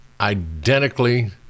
identically